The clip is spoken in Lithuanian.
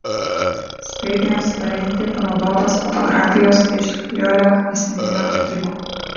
skaidrėms parengti panaudotos fotografijos iš liolio asmeninio archyvo